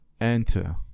Enter